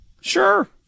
sure